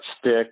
stick